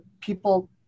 people